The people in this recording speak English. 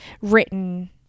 written